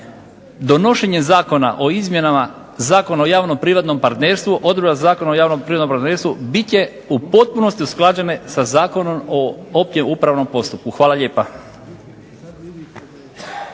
Donošenje Zakona o izmjenama Zakona o javno-privatnom partnerstvu, odredba Zakona o javno-privatnom partnerstvu bit će u potpunosti usklađene sa Zakonom o općem upravnom postupku. Hvala lijepa.